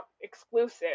exclusive